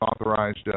authorized